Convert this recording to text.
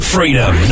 Freedom